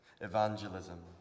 evangelism